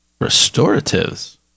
Restoratives